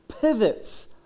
pivots